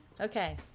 okay